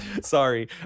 sorry